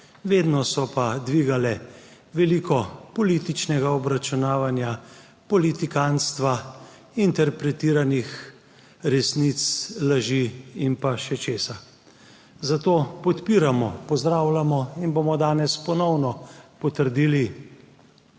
Vedno so pa dvigale veliko političnega obračunavanja, politikantstva, interpretiranih resnic, laži in pa še česa. Zato podpiramo, pozdravljamo in bomo danes ponovno potrdili